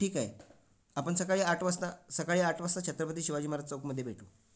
ठीक आहे आपण सकाळी आठ वाजता सकाळी आठ वाजता छत्रपती शिवाजी महाराज चौकमध्ये भेटू